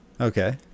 Okay